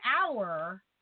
hour